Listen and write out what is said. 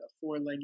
four-leg